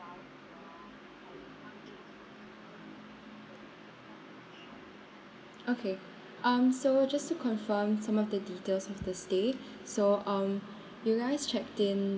okay um so just to confirm some of the details of the stay so um you guys checked in